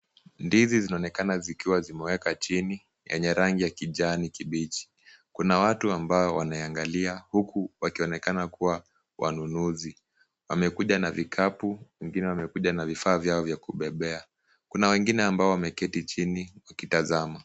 Ndizi zinaonekana zikiwa zimeweka chini, yenye rangi ya kijani kibichi. Kuna watu ambao wanayaangalia huku wakionekana kuwa wanunuzi. Wamekuja na vikapu, wengine wamekuja na vifaa vyao vya kubebea. Kuna wengine ambao wameketi chini wakitazama.